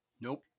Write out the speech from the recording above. Nope